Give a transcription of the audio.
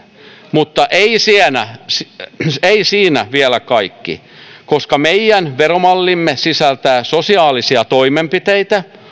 mutta ei siinä vielä kaikki koska meidän veromallimme sisältää sosiaalisia toimenpiteitä